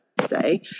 say